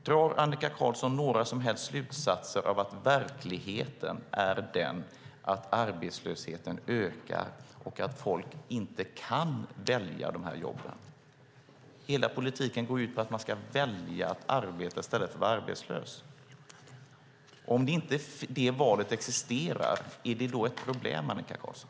Drar Annika Qarlsson några som helst slutsatser av att verkligheten är den att arbetslösheten ökar och att folk inte kan välja de här jobben? Hela politiken går ju ut på att man ska välja att arbeta i stället för att vara arbetslös. Om inte det valet existerar, är det då ett problem, Annika Qarlsson?